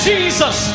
Jesus